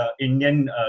Indian